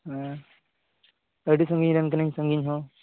ᱦᱮᱸ ᱟᱹᱰᱤ ᱥᱟᱺᱜᱤᱧ ᱨᱮᱱ ᱠᱟᱹᱱᱟᱹᱧ ᱥᱟᱺᱜᱤᱧ ᱦᱚᱸ